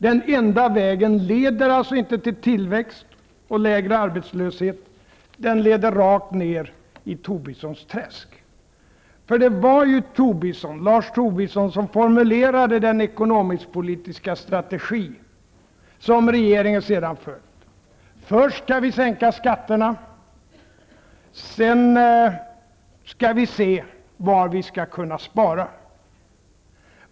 Den ''enda'' vägen leder alltså inte till tillväxt och lägre arbetslöshet. Den leder rakt ner i Tobissons träsk. För det var ju Lars Tobisson som formulerade den ekonmisk-politiska strategi som regeringen sedan följt: ''Först ska vi sänka skatterna, sen ska vi se var vi ska kunna spara.''